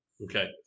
Okay